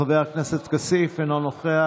חבר הכנסת כסיף, אינו נוכח.